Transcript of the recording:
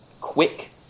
quick